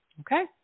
Okay